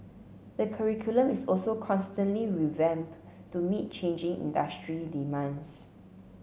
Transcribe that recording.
the curriculum is also constantly revamped to meet changing industry demands